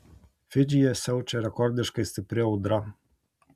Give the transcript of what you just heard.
fidžyje siaučia rekordiškai stipri audra